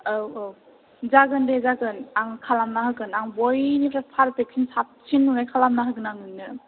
औ औ जागोन दे जागोन आं खालामना होगोन आं बयनिफ्राय पारफेक्टसिन साबसिन नुनाय खालामना होगोन आं नोंनो